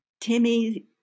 Timmy